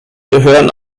gehören